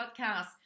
Podcast